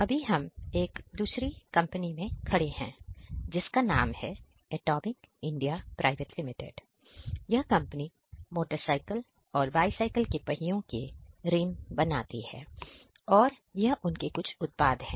अभी हम एक दूसरे कंपनी में खड़े हैं जिसका नाम है Atomic India Private Limitedयह कंपनी मोटरसाइकिल और बाइ साइकिल के पहियों की रिम बनाती है और यह उनके कुछ उत्पाद है